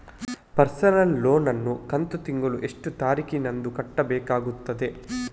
Personal loan ನ ಕಂತು ತಿಂಗಳ ಎಷ್ಟೇ ತಾರೀಕಿನಂದು ಕಟ್ಟಬೇಕಾಗುತ್ತದೆ?